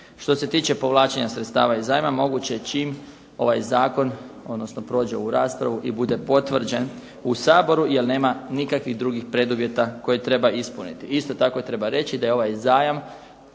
Što se tiče povlačenja sredstava iz zajma moguće je čim ovaj zakon odnosno prođe ovu raspravu i bude potvrđen u Saboru, jer nema nikakvih drugih preduvjeta koje treba ispuniti. Isto tako treba reći da je ovaj zajam